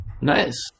Nice